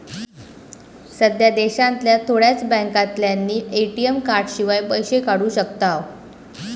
सध्या देशांतल्या थोड्याच बॅन्कांतल्यानी ए.टी.एम कार्डशिवाय पैशे काढू शकताव